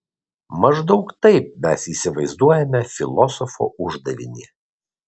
maždaug taip mes įsivaizduojame filosofo uždavinį